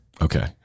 Okay